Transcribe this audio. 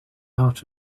hot